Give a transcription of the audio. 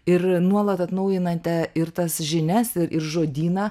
ir nuolat atnaujinate ir tas žinias ir žodyną